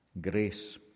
grace